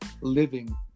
living